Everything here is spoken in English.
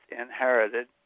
inherited